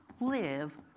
live